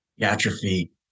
Atrophy